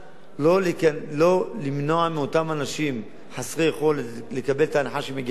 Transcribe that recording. לא למנוע מאותם אנשים חסרי יכולת לקבל את ההנחה שמגיעה להם,